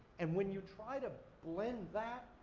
and, when you try to blend that,